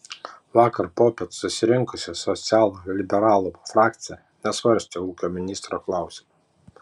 vakar popiet susirinkusi socialliberalų frakcija nesvarstė ūkio ministro klausimo